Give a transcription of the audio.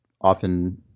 often